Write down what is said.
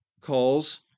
calls